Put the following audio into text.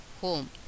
home